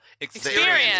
experience